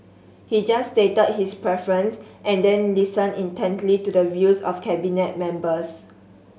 he just stated his preference and then listened intently to the views of Cabinet members